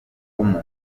w’umuntu